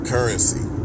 Currency